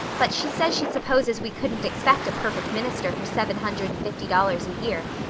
but she says she supposes we couldn't expect a perfect minister for seven hundred and fifty dollars a year,